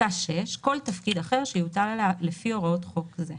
(6)כל תפקיד אחר שיוטל עליה לפי הוראות חוק זה."